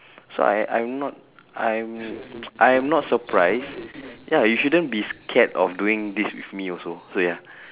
so I I'm not I'm I am not surprised ya you shouldn't be scared of doing this with me also so ya